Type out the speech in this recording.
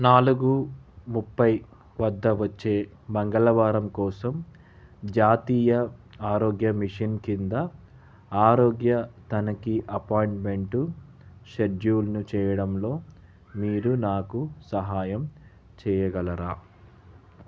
నాలుగు ముప్పై వద్ద వచ్చే మంగళవారం కోసం జాతీయ ఆరోగ్య మిషన్ కింద ఆరోగ్య తనిఖీ అపాయింట్మెంటు షెడ్యూల్ను చేయడంలో మీరు నాకు సహాయం చేయగలరా